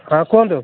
ହଁ କୁହନ୍ତୁ